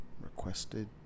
Requested